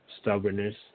Stubbornness